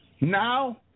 now